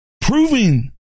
proving